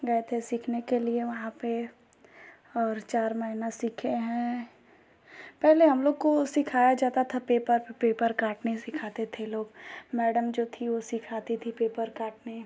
गए थे सीखने के लिए वहाँ पर और चार महीना सीखे हैं पहले हम लोग को सिखाया जाता था पेपर पे पेपर काटने सिखाते थे लोग मैडम जो थी वो सिखाती थी पेपर काटने